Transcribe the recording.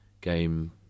game